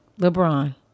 LeBron